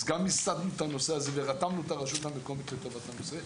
אז גם מיסדנו את הנושא הזה ורתמנו את הרשות המקומית לטובת הנושא.